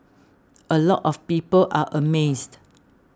a lot of people are amazed